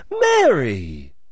Mary